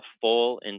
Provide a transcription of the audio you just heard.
full